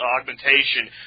augmentation